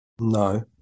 No